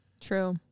True